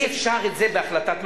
אי-אפשר להעביר את זה בהחלטת ממשלה.